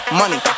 money